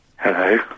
Hello